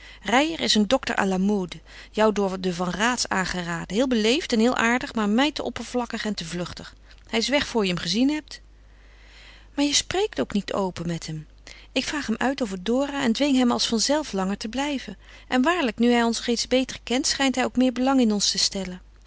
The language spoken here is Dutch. reijer is een dokter à la mode jou door de van raats aangeraden heel beleefd en heel aardig maar mij te oppervlakkig en te vluchtig hij is weg voor je hem gezien hebt maar je spreekt ook niet open met hem ik vraag hem uit over dora en dwing hem als vanzelf langer te blijven en waarlijk nu hij ons reeds beter kent schijnt hij ook meer belang in ons te stellen